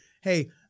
hey